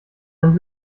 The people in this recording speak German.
einen